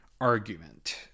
argument